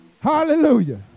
Hallelujah